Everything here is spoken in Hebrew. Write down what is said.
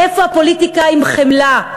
איפה הפוליטיקה עם חמלה?